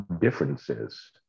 differences